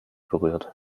berührt